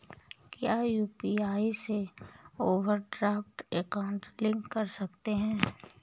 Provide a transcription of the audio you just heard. क्या यू.पी.आई से overdraft account link कर सकते हैं?